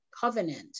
covenant